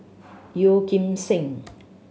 Yeo Kim Seng